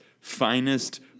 finest